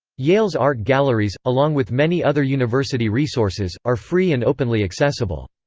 yale's art galleries, along with many other university resources, are free and openly accessible.